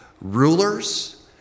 rulers